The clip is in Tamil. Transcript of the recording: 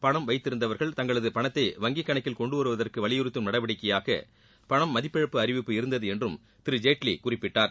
பணம் வைத்திருந்தவர்கள் தங்களது பணத்தை வங்கி கணக்கில் கொண்டுவருவதற்கு வலியுறுத்தும் நடவடிக்கையாக பணம் மதிப்பிழப்பு அழிவிப்பு இருந்தது என்றும் திரு ஜேட்லி குறிப்பிட்டார்